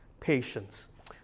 patience